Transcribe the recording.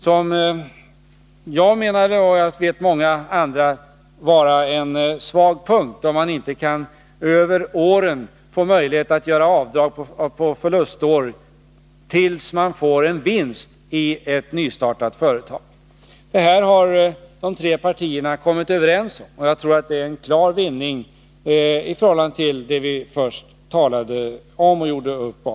Jag och många andra har menat att det är en svag punkt om man inte i ett nystartat företag får möjlighet att göra avdrag för förlustår, under senare vinstår. Detta har de tre partierna kommit överens om, och jag tror att det är en klar vinning i förhållande till det förslag vi först diskuterade och gjorde upp om.